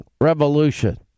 revolution